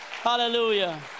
Hallelujah